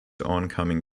oncoming